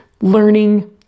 learning